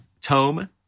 tome